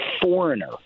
Foreigner